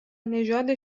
نژاد